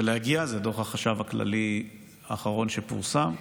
ולהגיע, זה דוח החשב הכללי האחרון שפורסם,